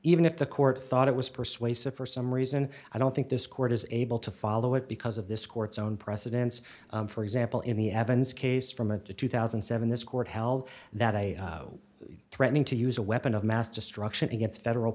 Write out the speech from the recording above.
even if the court thought it was persuasive for some reason i don't think this court is able to follow it because of this court's own precedents for example in the evans case from a two thousand and seven this court held that a threatening to use a weapon of mass destruction against federal